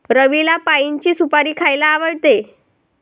रवीला पाइनची सुपारी खायला आवडते